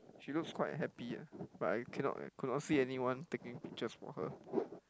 she looks quite happy ah but I cannot could not see anyone taking pictures for her